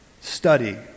study